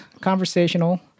conversational